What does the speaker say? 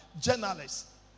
journalists